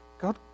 God